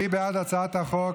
מי בעד הצעת החוק